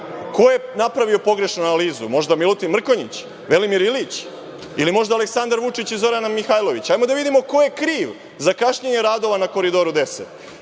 Ko je napravio pogrešnu analizu? Možda Milutin Mrkonjić? Velimir Ilić? Ili možda Aleksandar Vučić i Zorana Mihajlović? Hajde da vidimo ko je kriv za kašnjenje radova na Koridoru 10,